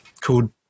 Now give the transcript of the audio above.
called